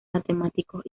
matemáticos